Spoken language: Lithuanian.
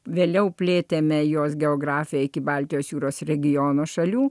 vėliau plėtėme jos geografiją iki baltijos jūros regiono šalių